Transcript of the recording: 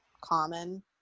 common